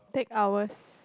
take hours